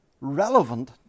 relevant